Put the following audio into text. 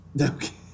Okay